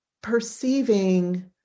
perceiving